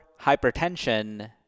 Hypertension